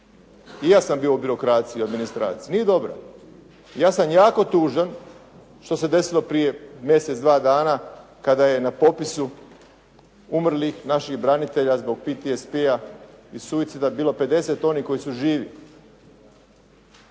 I ja sam bio u birokraciji i administraciji, nije dobra. Ja sam jako tužan što se desilo prije mjesec, dva dana kada je na popisu umrlih naših branitelja zbog PTSP-a i suicida bilo 50 onih koji su živi.